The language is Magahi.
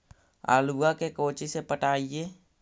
आलुआ के कोचि से पटाइए?